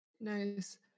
nice